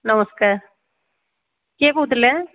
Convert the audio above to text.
ନମସ୍କାର କିଏ କହୁଥିଲେ